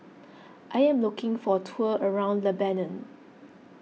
I am looking for a tour around Lebanon